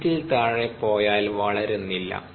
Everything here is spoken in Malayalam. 5 ൽ താഴെ പോയാൽ വളരുന്നില്ല